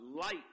light